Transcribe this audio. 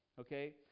Okay